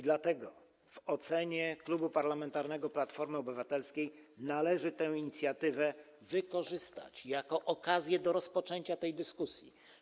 Dlatego w ocenie Klubu Parlamentarnego Platformy Obywatelskiej należy tę inicjatywę wykorzystać jako okazję do rozpoczęcia tej dyskusji.